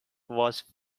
was